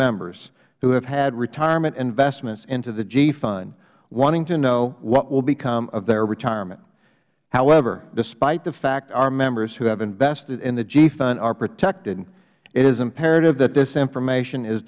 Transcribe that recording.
members who have had retirement investments into the g fund wanting to know what will become of their retirement however despite the fact our members who have invested in the g fund are protected it is imperative that this information is